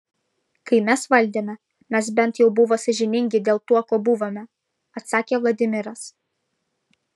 kai mes valdėme mes bent jau buvo sąžiningi dėl tuo kuo buvome atsakė vladimiras